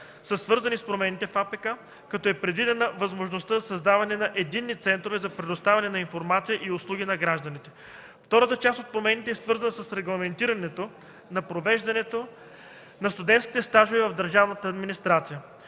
Административнопроцесуалния кодекс, като е предвидена възможността за създаване на единни центрове за предоставяне на информация и услуги на гражданите. Втората част от промените е свързана с регламентирането на провеждането на студентски стажове в държавната администрация.